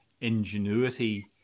ingenuity